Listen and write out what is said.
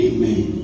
Amen